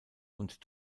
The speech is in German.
und